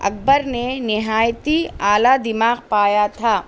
اکبر نے نہایت ہی اعلیٰ دماغ پایا تھا